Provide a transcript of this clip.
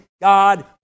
God